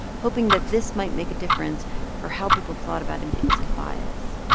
hoping that this might make a difference for how people thought about implicit bias,